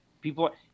people